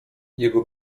jego